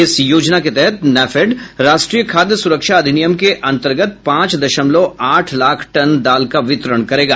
इस योजना के तहत नैफेड राष्ट्रीय खाद्य सुरक्षा अधिनियम के अंतर्गत पांच दशमलव आठ लाख टन दाल का वितरण करेगा